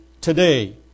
today